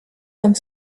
comme